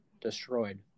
destroyed